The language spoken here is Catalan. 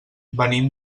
venim